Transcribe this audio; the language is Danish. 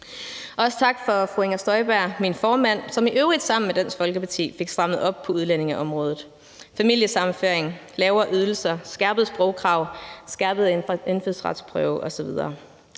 Også tak til fru Inger Støjberg, min formand, som i øvrigt sammen med Dansk Folkeparti fik strammet op på udlændingeområdet. Det gælder familiesammenføring, lavere ydelser, skærpede sprogkrav, skærpet indfødsretsprøve osv.